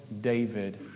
David